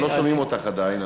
לא שומעים אותך עדיין,